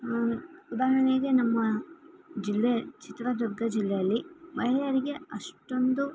ಉದಾಹರಣೆಗೆ ನಮ್ಮ ಜಿಲ್ಲೆ ಚಿತ್ರದುರ್ಗ ಜಿಲ್ಲೆಯಲ್ಲಿ ಮಹಿಳೆಯರಿಗೆ ಅಷ್ಟೊಂದು